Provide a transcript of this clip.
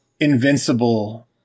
Invincible